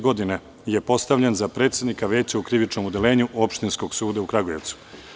Godine 1984. je postavljen za predsednika Veća u krivičnom odeljenju Opštinskog suda u Kragujevcu.